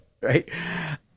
right